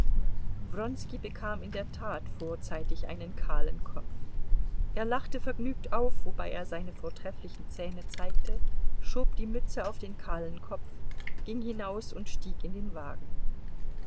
bekam in der tat vorzeitig einen kahlen kopf er lachte vergnügt auf wobei er seine vortrefflichen zähne zeigte schob die mütze auf den kahlen kopf ging hinaus und stieg in den wagen